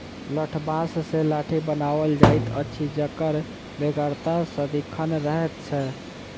लठबाँस सॅ लाठी बनाओल जाइत अछि जकर बेगरता सदिखन रहैत छै